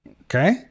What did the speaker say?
Okay